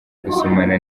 gusomana